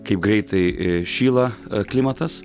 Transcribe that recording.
kaip greitai e šyla klimatas